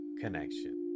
connection